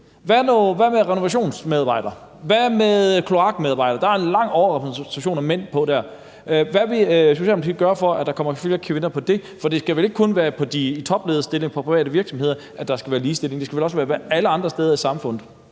Hvad med renovationsarbejdere, og hvad med kloakarbejdere? Der er en stor overrepræsentation af mænd dér. Hvad vil Socialdemokratiet gøre, for at der kommer flere kvinder dér? For det skal vel ikke kun være i toplederstillinger i private virksomheder, der skal være ligestilling. Det skal vel også være alle andre steder i samfundet.